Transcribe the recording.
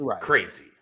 crazy